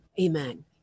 amen